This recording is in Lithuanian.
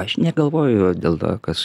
aš negalvoju jo dėl to kas